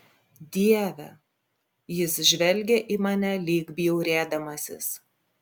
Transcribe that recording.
dieve jis žvelgė į mane lyg bjaurėdamasis